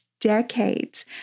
decades